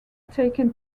taken